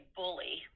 bully